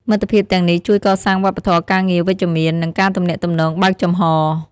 មិត្តភាពទាំងនេះជួយកសាងវប្បធម៌ការងារវិជ្ជមាន និងការទំនាក់ទំនងបើកចំហរ។